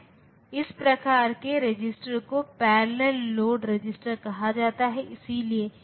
इस प्रकार के रजिस्टर को पैरेलल लोड रजिस्टर कहा जाता है